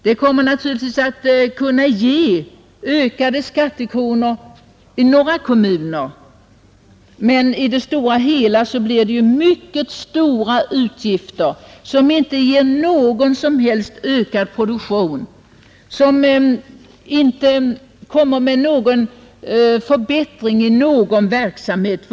Det kommer naturligtvis oatt ge ökade skattekronor i några kommuner, men i det stora hela blir det mycket stora utgifter, som inte ger någon som helst ökad produktion och som inte medför förbättring i någon verksamhet.